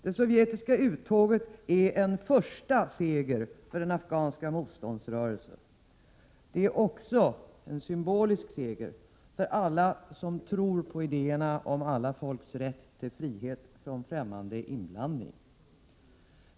Det sovjetiska uttåget är en första seger för den afghanska motståndsrörelsen. Det är också en symbolisk seger för alla som tror på idéerna om alla folks rätt till frihet från främmande inblandning.